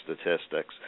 statistics